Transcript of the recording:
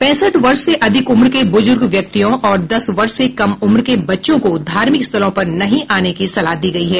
पैंसठ वर्ष से अधिक उम्र के बुजुर्ग व्यक्तियों और दस वर्ष से कम उम्र के बच्चों को धार्मिक स्थलों पर नहीं आने की सलाह दी गयी है